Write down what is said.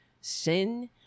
sin